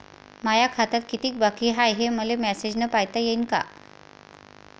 माया खात्यात कितीक बाकी हाय, हे मले मेसेजन पायता येईन का?